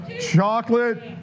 Chocolate